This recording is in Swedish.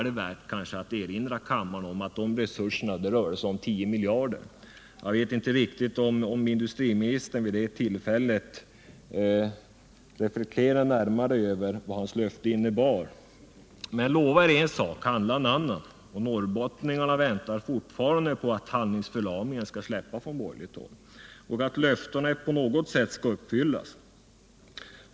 Det är kanske värt att erinra kammaren om att de resurserna rörde sig om 10 miljarder. Jag vet inte om industriministern vid det tillfället reflekterade närmare över vad hans löfte innebar. Men lova är en sak och handla en annan. Norrbottningarna väntar fortfarande på att handlingsförlamningen på borgerligt håll skall släppa och att löftena på något sätt skall uppfyllas.